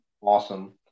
Awesome